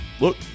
Look